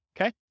okay